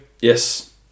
Yes